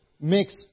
makes